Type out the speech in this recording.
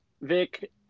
Vic